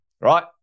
right